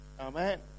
Amen